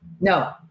no